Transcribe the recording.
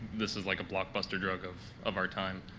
this is like a blockbuster drug of of our time.